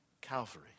Calvary